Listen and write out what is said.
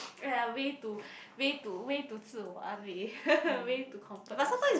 are a way to way to way to 自我安慰 way to comfort yourself